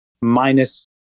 minus